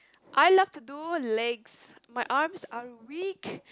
I love to do legs my arms are weak